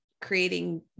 creating